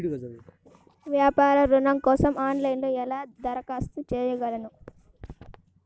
వ్యాపార ఋణం కోసం ఆన్లైన్లో ఎలా దరఖాస్తు చేసుకోగలను?